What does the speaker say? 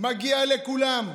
מגיע לכולם.